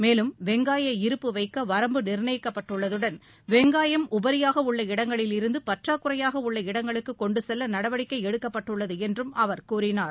மேலும் வெங்காய இருப்பு வைக்க வரம்பு நிர்ணயிக்கப்பட்டுள்ளதுடன் வெங்காயம் உபரியாக உள்ள இடங்களிலிருந்து பற்றாக்குறையாக உள்ள இடங்களுக்கு கொண்டு செல்ல நடவடிக்கை எடுக்கப்பட்டுள்ளது என்றும் அவர் கூறினார்